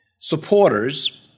supporters